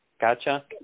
Gotcha